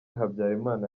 habyarimana